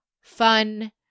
fun